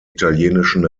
italienischen